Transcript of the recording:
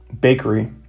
bakery